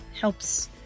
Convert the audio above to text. helps